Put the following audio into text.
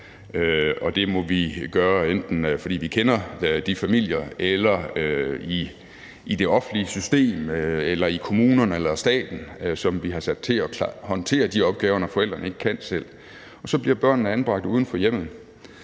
det må vi gøre, enten fordi vi kender de familier, eller vi må gøre det i det offentlige system eller i kommunerne eller i staten, som vi har sat til at håndtere de opgaver, når forældrene ikke kan selv. Og så bliver børnene anbragt uden for hjemmet,